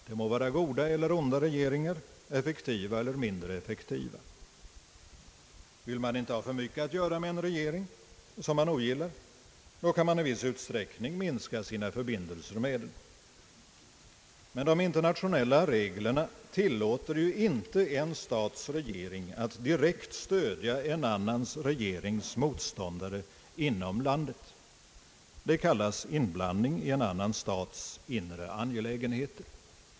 Det må vara goda eller onda regeringar, effektiva eller mindre effektiva. Vill man inte ha för mycket att göra med en regering som man ogillar kan man i viss utsträckning minska sina förbindelser med den, men de internationella reglerna tillåter inte en stats regering att direkt stödja en annan regerings motståndare inom landet. Det kallas inblandning i en annan stats angelägenheter.